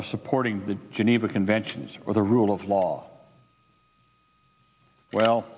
of supporting the geneva conventions or the rule of law well